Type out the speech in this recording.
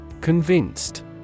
Convinced